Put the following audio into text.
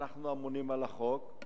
ואנחנו אמונים על החוק.